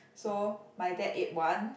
so my dad ate one